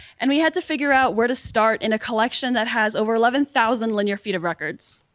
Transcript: and we had to figure out where to start in a collection that has over eleven thousand linear feet of records.